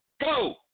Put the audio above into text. go